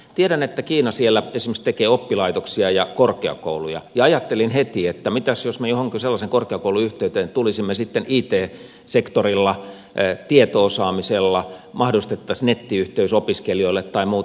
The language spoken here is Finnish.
tiedän että kiina siellä esimerkiksi tekee oppilaitoksia ja korkeakouluja ja ajattelin heti että mitäs jos me johonkin sellaisen korkeakoulun yhteyteen tulisimme sitten it sektorilla tieto osaamisella mahdollistaisimme nettiyhteyden opiskelijoille tai muuta